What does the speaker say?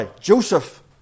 Joseph